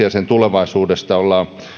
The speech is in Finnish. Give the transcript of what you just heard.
ja sen tulevaisuudesta ollaan